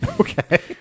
Okay